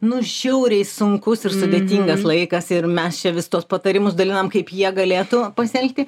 nu žiauriai sunkus ir sudėtingas laikas ir mes čia vis tuos patarimus dalinam kaip jie galėtų pasielgti